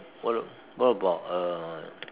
what what about uh